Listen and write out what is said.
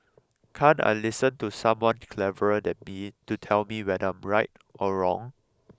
can't I listen to someone cleverer than me to tell me whether I am right or wrong